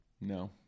No